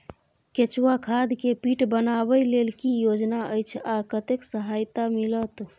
केचुआ खाद के पीट बनाबै लेल की योजना अछि आ कतेक सहायता मिलत?